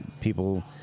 people